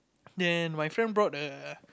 then my friend brought a